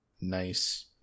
Nice